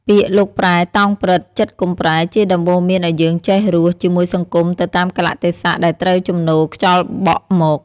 ពាក្យ លោកប្រែ តោងព្រឹត្តិ ចិត្តកុំប្រែ ជាដំបូន្មានឲ្យយើង "ចេះរស់" ជាមួយសង្គមទៅតាមកាលៈទេសៈដែលត្រូវជំនោរខ្យល់បក់មក។